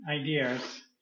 ideas